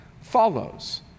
follows